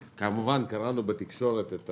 כמובן, קראנו בתקשורת על